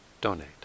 donate